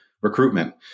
recruitment